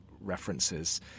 references